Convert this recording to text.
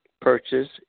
purchase